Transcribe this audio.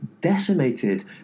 decimated